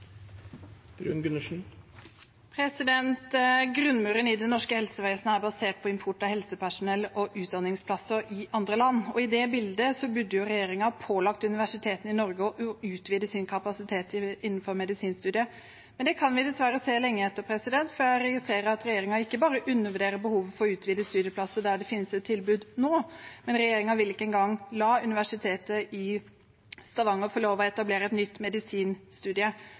Grunnmuren i det norske helsevesenet er basert på import av helsepersonell og utdanningsplasser i andre land. I det bildet burde regjeringen pålagt universitetene i Norge å utvide sin kapasitet innenfor medisinstudiet. Det kan vi dessverre se langt etter, for jeg registrerer at regjeringen ikke bare undervurderer behovet for å utvide antall studieplasser der det finnes et tilbud nå; regjeringen vil ikke engang la Universitetet i Stavanger få lov til å etablere et nytt